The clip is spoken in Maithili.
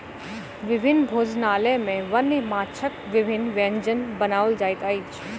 विभिन्न भोजनालय में वन्य माँछक विभिन्न व्यंजन बनाओल जाइत अछि